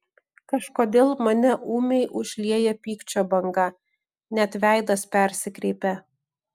kažkodėl mane ūmiai užlieja pykčio banga net veidas persikreipia